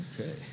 Okay